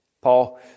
Paul